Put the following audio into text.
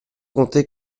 compter